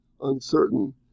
uncertain